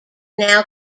now